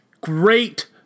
great